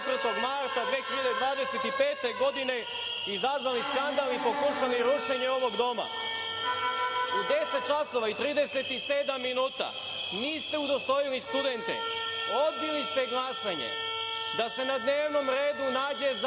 2025. godine izazvali skandal i pokušali rušenje ovog doma.U 10.37 časova niste udostojili studente, odbili ste glasanje da se na dnevnom redu nađe